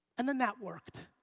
and then that worked.